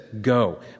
go